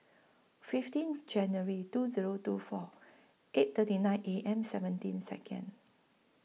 fifteen January two Zero two four eight thirty nine A M seventeen Second